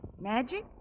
Magic